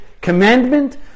commandment